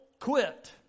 quit